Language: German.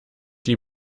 die